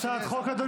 הצבעה במועד אחר,